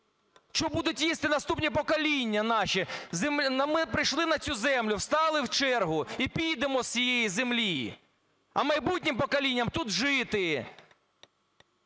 Що будуть їсти наступні покоління наші? Ми прийшли на цю землю, стали у чергу, і підемо з цієї землі. А майбутнім поколінням тут жити.